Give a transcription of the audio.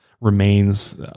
remains